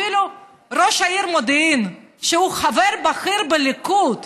אפילו ראש העיר מודיעין, שהוא חבר בכיר בליכוד,